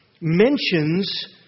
mentions